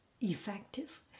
effective